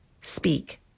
speak